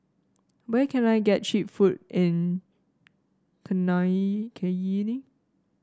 where can I get cheap food in Cayenne